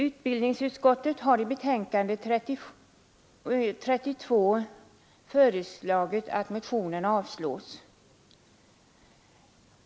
Utbildningsutskottet har i betänkande nr 32 föreslagit att motionen slås.